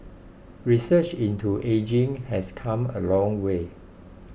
research into ageing has come a long way